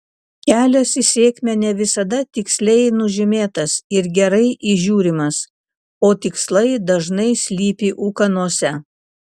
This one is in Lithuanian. kelias į sėkmę ne visada tiksliai nužymėtas ir gerai įžiūrimas o tikslai dažnai slypi ūkanose